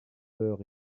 peur